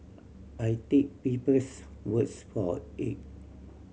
I take people's words for it